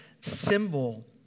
symbol